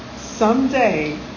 Someday